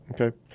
Okay